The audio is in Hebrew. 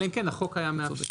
אלא אם כן החוק היה מאפשר.